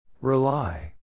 Rely